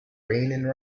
raining